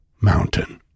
Mountain